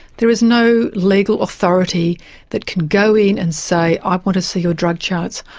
there is no legal authority that can go in and say i want to see your drug charts,